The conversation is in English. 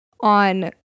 on